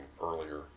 earlier